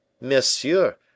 Monsieur